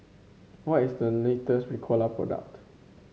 what is the latest Ricola product